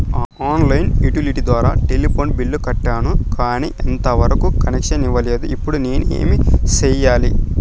On line utility ద్వారా telephone bill కట్టాను, కానీ ఎంత వరకు కనెక్షన్ ఇవ్వలేదు, ఇప్పుడు నేను ఏమి సెయ్యాలి?